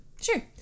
Sure